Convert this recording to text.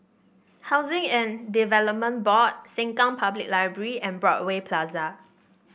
Housing and Development Board Sengkang Public Library and Broadway Plaza